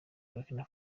burkina